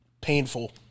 painful